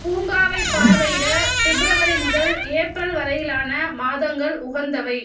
பூங்காவை பார்வையிட பிப்ரவரி முதல் ஏப்ரல் வரையிலான மாதங்கள் உகந்தவை